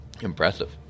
Impressive